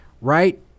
right